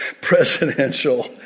presidential